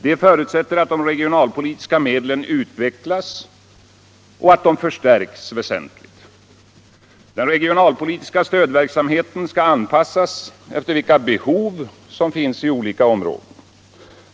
Detta förutsätter att de regionalpolitiska medlen utvecklas och förstärks väsentligt. hov som finns i olika områden.